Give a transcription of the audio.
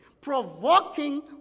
provoking